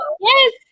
Yes